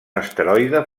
asteroide